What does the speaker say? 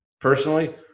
personally –